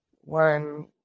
one